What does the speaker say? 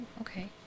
Okay